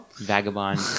Vagabond